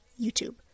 YouTube